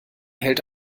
hält